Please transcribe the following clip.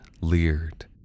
leered